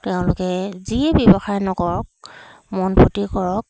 তেওঁলোকে যিয়ে ব্যৱসায় নকৰক মনপুতি কৰক